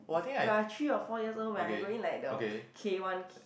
we're three or four years old when I go in like the K one